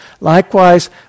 Likewise